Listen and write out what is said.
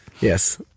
Yes